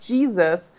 Jesus